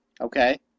Okay